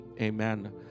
amen